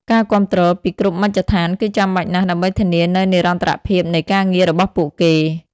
ការគាំទ្រពីគ្រប់មជ្ឈដ្ឋានគឺចាំបាច់ណាស់ដើម្បីធានានូវនិរន្តរភាពនៃការងាររបស់ពួកគេ។